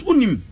Unim